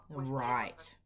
Right